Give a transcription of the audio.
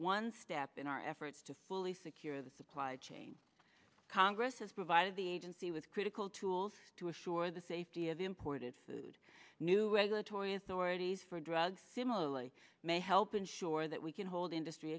one step in our efforts to fully secure the supply chain congress has provided the agency with critical tools to assure the safety of imported food new regulatory authorities for drugs similarly may help ensure that we can hold industry